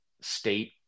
state